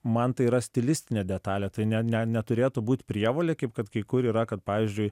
man tai yra stilistinė detalė tai ne ne neturėtų būt prievolė kaip kad kai kur yra kad pavyzdžiui